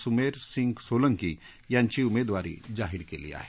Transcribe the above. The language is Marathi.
सुमेर सिह सोलकी यांनी उमेदवारी जाहीर केली आहे